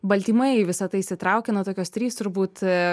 baltymai į visą tai įsitraukia na tokios trys turbūt